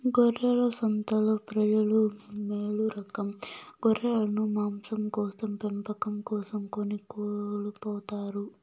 గొర్రెల సంతలో ప్రజలు మేలురకం గొర్రెలను మాంసం కోసం పెంపకం కోసం కొని తోలుకుపోతారు